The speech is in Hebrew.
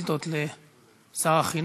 אנחנו עוברים לשאילתות לשר החינוך.